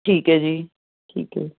ਠੀਕ ਹੈ ਜੀ ਠੀਕ ਹ